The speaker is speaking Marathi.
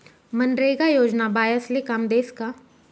मनरेगा योजना बायास्ले काम देस का?